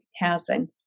housing